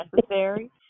necessary